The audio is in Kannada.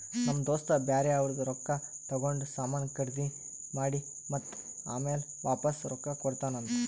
ನಮ್ ದೋಸ್ತ ಬ್ಯಾರೆ ಅವ್ರದ್ ರೊಕ್ಕಾ ತಗೊಂಡ್ ಸಾಮಾನ್ ಖರ್ದಿ ಮಾಡಿ ಮತ್ತ ಆಮ್ಯಾಲ ವಾಪಾಸ್ ರೊಕ್ಕಾ ಕೊಡ್ತಾನ್ ಅಂತ್